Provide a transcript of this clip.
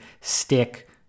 stick